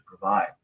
provide